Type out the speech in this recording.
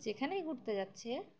যেখানেই ঘুরতে যাচ্ছে